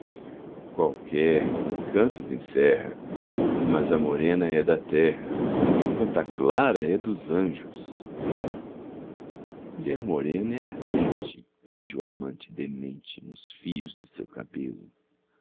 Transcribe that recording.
qualquer encantos encerra mas a morena é da terra enquanto a clara é dos anjos mulher morena é ardente prende o amante demente nos fios do seu cabelo